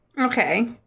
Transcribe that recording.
Okay